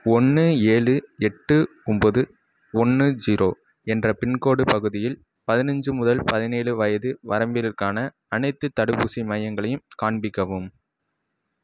ஒன்று ஏழு எட்டு ஒம்போது ஒன்று ஜீரோ என்ற பின்கோடு பகுதியில் பதினைஞ்சி முதல் பதினேழு வயது வரம்பினருக்கான அனைத்துத் தடுப்பூசி மையங்களையும் காண்பிக்கவும்